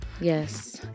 yes